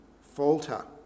falter